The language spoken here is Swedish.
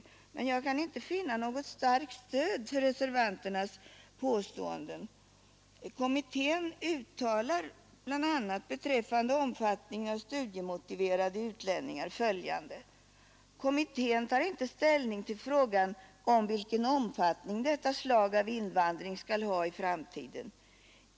Men jag kan inte där finna något starkt stöd för reservanternas påståenden. Kommittén uttalar bl.a. beträffande studiemotiverade utlänningar följande: ”Kommittén tar inte ställning till frågan om vilken omfattning detta slag av invandring skall ha i framtiden.